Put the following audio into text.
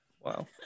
Wow